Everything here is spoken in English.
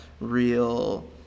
real